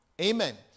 Amen